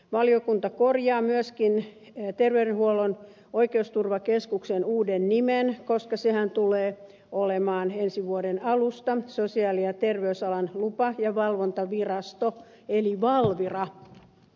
valiokunta korjaa myöskin terveydenhuollon oikeusturvakeskuksen uuden nimen koska sehän tulee olemaan ensi vuoden alusta sosiaali ja terveysalan lupa ja valvontavirasto eli valvira